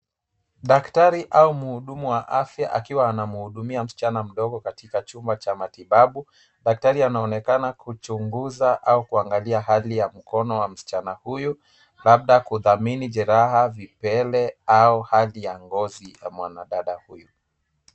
Daktari au mhudumu wa afya akiwa anamhudumia msichana mdogo katika chumba cha matibabu, daktari anaonekana kuchunguza au kuangalia hali ya mkono wa msichana huyu, labda kudhamini jeraha vipele au hali ya ngozi ya mwanadada huyu.